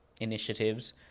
initiatives